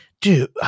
Dude